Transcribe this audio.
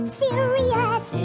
serious